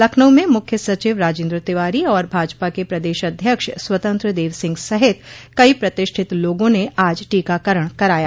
लखनऊ में मुख्य सचिव राजेन्द्र तिवारी और भाजपा के प्रदेश अध्यक्ष स्वतंत्र देव सिंह सहित कई प्रतिष्ठित लोगों ने आज टीकाकरण कराया